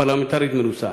היא פרלמנטרית מנוסה,